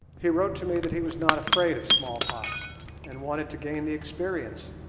he wrote to me that he was not afraid of smallpox and wanted to gain the experience